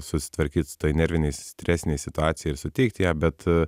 susitvarkyt su to nervinėj stresinėj situacijoj ir suteikti ją bet